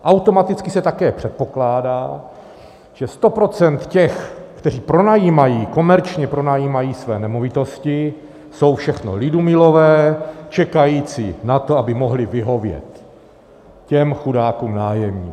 Automaticky se také předpokládá, že sto procent těch, kteří pronajímají, komerčně pronajímají své nemovitosti, jsou všechno lidumilové čekající na to, aby mohli vyhovět těm chudákům nájemníkům.